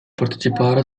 partecipare